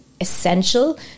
essential